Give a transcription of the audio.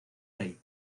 rey